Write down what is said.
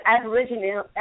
Aboriginal